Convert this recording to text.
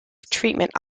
treatment